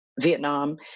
Vietnam